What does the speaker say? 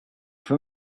for